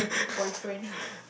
boyfriend